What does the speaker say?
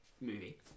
movie